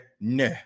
nah